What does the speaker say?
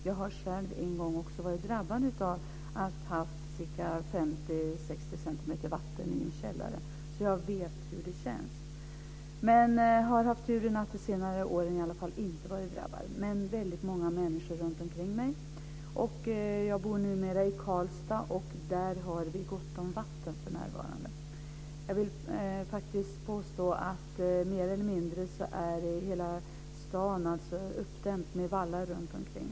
Jag har själv en gång också varit drabbad av att ha haft 50-60 centimeter vatten i en källare, så jag vet hur det känns. Jag har haft turen att på senare år inte ha blivit drabbad, men väldigt många människor runtomkring mig har blivit det. Jag bor numera i Karlstad, och där har vi gott om vatten för närvarande. Jag vill faktiskt påstå att mer eller mindre hela stan är uppdämd med vallar runtomkring.